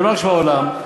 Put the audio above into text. בנוהג שבעולם,